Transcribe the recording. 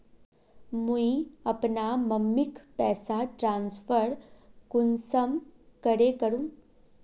मुई अपना मम्मीक पैसा ट्रांसफर कुंसम करे करूम?